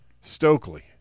stokely